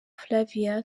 flavia